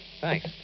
Thanks